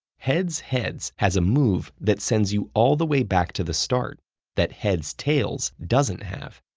heads heads has a move that sends you all the way back to the start that heads tails doesn't have.